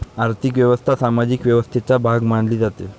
आर्थिक व्यवस्था सामाजिक व्यवस्थेचा भाग मानली जाते